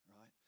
right